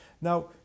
now